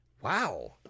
Wow